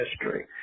history